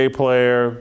player